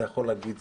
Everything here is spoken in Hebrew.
אתה יכול להגיד,